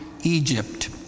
Egypt